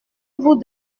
vous